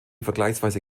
vergleichsweise